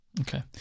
Okay